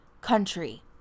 country